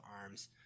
Arms